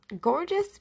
Gorgeous